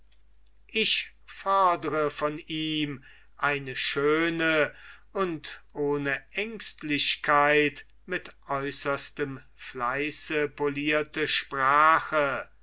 ich fodre von ihm eine schöne und ohne ängstlichkeit mit äußerstem fleiße polierte sprache